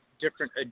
different